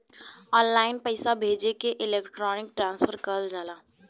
online पइसा भेजे के इलेक्ट्रानिक ट्रांसफर कहल जाला